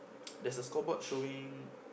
there's a scoreboard showing